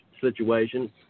situation